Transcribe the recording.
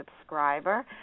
subscriber